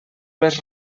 les